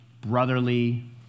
brotherly